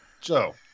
Joe